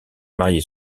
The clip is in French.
marier